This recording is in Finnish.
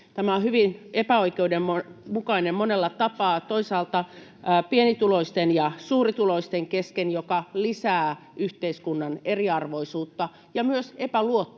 Tämä on hyvin epäoikeudenmukainen monella tapaa, toisaalta pienituloisten ja suurituloisten kesken, mikä lisää yhteiskunnan eriarvoisuutta ja myös epäluottamusta,